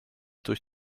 durch